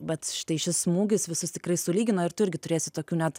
bet štai šis smūgis visus tikrai sulygino ir tu irgi turėsi tokių net